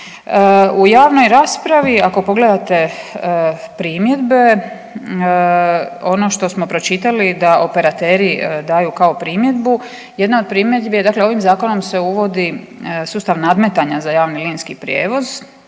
U javnoj raspravi ako pogledate primjedbe, ono što smo pročitali da operateri daju kao primjedbu, jedna od primjedbi je dakle ovim zakonom se uvodi sustav nadmetanja za javni linijski prijevoz